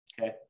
okay